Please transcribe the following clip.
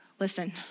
Listen